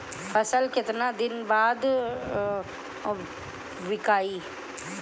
फसल केतना दिन बाद विकाई?